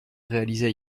réalisée